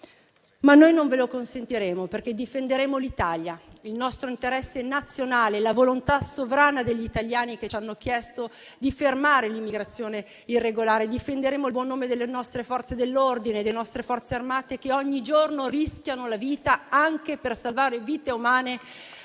Noi non ve lo consentiremo, perché difenderemo l'Italia, il nostro interesse nazionale e la volontà sovrana degli italiani che ci hanno chiesto di fermare l'immigrazione irregolare. Difenderemo il buon nome delle nostre Forze dell'ordine e delle nostre Forze armate, che ogni giorno rischiano la vita anche per salvare vite umane